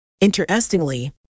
Interestingly